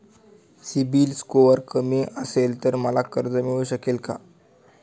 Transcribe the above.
CIBIL score कमी असेल तर मला कर्ज मिळू शकेल का?